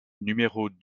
numéros